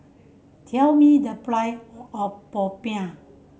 tell me the of popiah